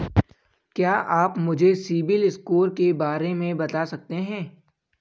क्या आप मुझे सिबिल स्कोर के बारे में बता सकते हैं?